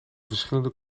verschillende